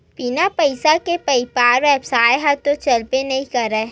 बिन पइसा के बइपार बेवसाय ह तो चलबे नइ करय